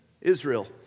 Israel